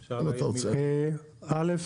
א'